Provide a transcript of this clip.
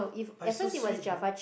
but it's so sweet though